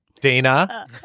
dana